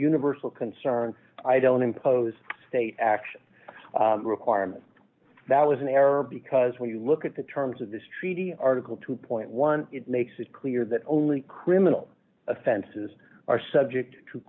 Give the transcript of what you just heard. universal concern i don't impose state action requirements that was an error because when you look at the terms of this treaty article two point one it makes it clear that only criminal offenses are subject to